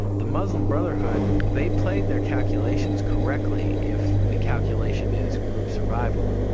the muslim brotherhood, they played their calculations correctly if the calculation is group survival.